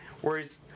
whereas